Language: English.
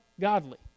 godly